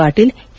Patil K